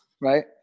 Right